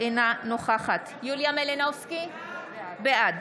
אינה נוכחת יוליה מלינובסקי, בעד